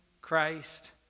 Christ